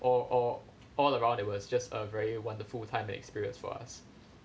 or or all around it was just a very wonderful time and experience for us